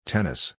Tennis